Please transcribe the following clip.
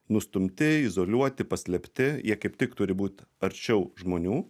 nustumti izoliuoti paslėpti jie kaip tik turi būt arčiau žmonių